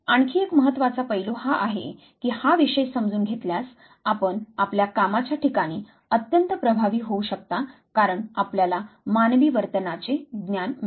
आणखी एक महत्त्वाचा पैलू हा आहे की हा विषय समजून घेतल्यास आपण आपल्या कामाच्या ठिकाणी अत्यंत प्रभावी होऊ शकता कारण आपल्याला मानवी वर्तनाचे ज्ञान मिळते